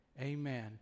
Amen